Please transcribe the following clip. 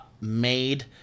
made